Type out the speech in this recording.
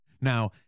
now